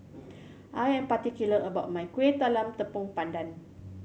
I am particular about my Kuih Talam Tepong Pandan